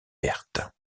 verte